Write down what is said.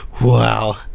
Wow